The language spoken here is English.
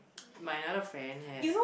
my another friend has